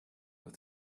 with